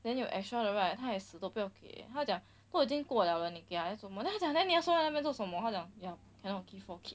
then 有 extra 的 right 他也死都不要给他讲过都已经过了你给来做么 then 他讲 then 你还收那边做什么他讲 ya cannot give lor keep